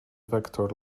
vector